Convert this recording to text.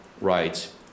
rights